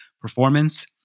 performance